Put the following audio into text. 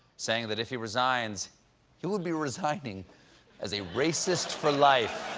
saying that if he resigns he would be resigning as a racist for life.